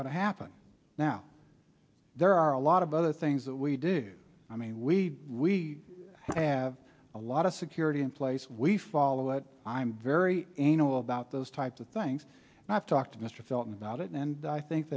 to happen now there are a lot of other things that we do i mean we we have a lot of security in place we follow but i'm very anal about those types of things and i've talked to mr felton about it and i think